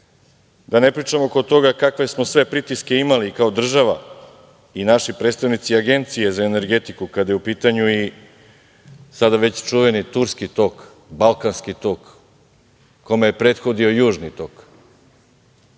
Da ne pričam oko toga kakve smo sve pritiske imali kao država i naši predstavnici Agencije za energetiku, kada je u pitanju i sada već čuveni „Turski tok“, „Balkanski tok“, kome je prethodio Južni tok,